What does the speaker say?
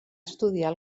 estudiar